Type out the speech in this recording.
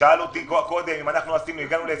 שאלו אותי קודם אם הגענו להסכמים,